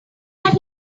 had